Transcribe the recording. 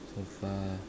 so far